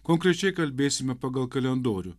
konkrečiai kalbėsime pagal kalendorių